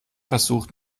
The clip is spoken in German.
versucht